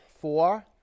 Four